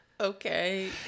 Okay